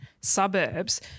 suburbs